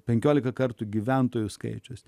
penkiolika kartų gyventojų skaičius